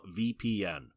VPN